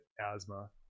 asthma